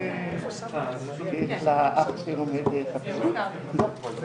אז האגודה גם סייעה להקים את מרכזי השד